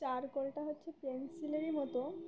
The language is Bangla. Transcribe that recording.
চার কোলটা হচ্ছে পেন্সিলেরই মতো